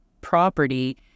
property